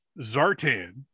Zartan